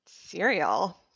Cereal